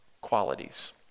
qualities